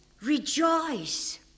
Rejoice